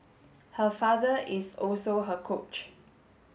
her father is also her coach